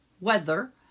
weather